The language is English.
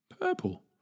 purple